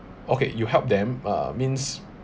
okay you help them uh means